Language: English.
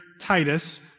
Titus